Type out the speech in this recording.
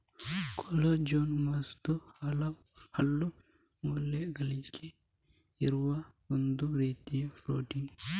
collagen ವಸ್ತು ಹಲ್ಲು, ಮೂಳೆಗಳಲ್ಲಿ ಇರುವ ಒಂದು ರೀತಿಯ ಪ್ರೊಟೀನ್